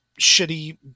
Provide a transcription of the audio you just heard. shitty